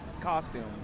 costume